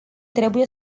trebuie